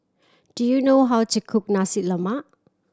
do you know how to cook Nasi Lemak